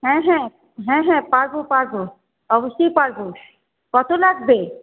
হ্যাঁ হ্যাঁ হ্যাঁ হ্যাঁ পারবো পারবো অবশ্যই পারবো কত লাগবে